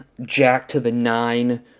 jack-to-the-nine